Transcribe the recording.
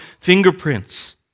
fingerprints